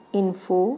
info